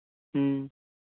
ꯎꯝ